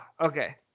okay